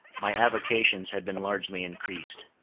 my avocations had been largely increased.